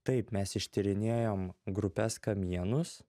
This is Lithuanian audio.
taip mes ištyrinėjom grupes kamienus